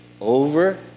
over